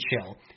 chill